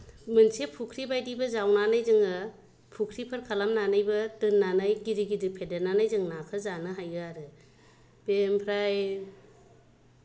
मोनसे फुख्रिबादिबो जावनानै जोङो फुख्रिफोर खालामनानैबो दोननानै गिदिर गिदिर फेदेरनानै जों नाखो जानो हायो आरो बे ओमफ्राय